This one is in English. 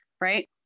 right